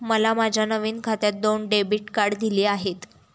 मला माझ्या नवीन खात्यात दोन डेबिट कार्डे दिली आहेत